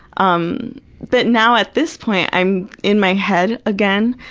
um but now, at this point, i'm in my head again,